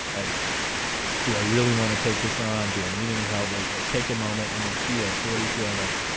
like do i really want to take this on? do i need any help? like they take a moment and then feel, so what do you feel like?